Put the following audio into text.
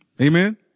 Amen